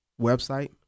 website